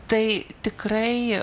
tai tikrai